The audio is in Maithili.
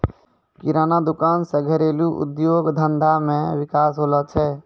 किराना दुकान से घरेलू उद्योग धंधा मे विकास होलो छै